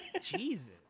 Jesus